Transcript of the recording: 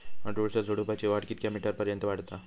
अडुळसा झुडूपाची वाढ कितक्या मीटर पर्यंत वाढता?